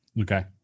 Okay